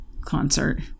concert